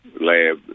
lab